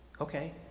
Okay